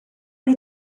nhw